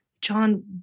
John